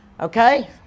Okay